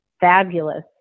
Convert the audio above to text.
fabulous